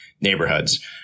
neighborhoods